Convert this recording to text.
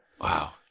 Wow